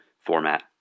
format